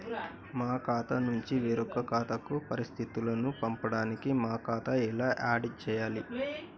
మా ఖాతా నుంచి వేరొక ఖాతాకు పరిస్థితులను పంపడానికి మా ఖాతా ఎలా ఆడ్ చేయాలి?